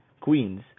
Queens